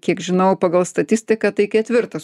kiek žinau pagal statistiką tai ketvirtas